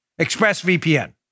ExpressVPN